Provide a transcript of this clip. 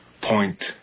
point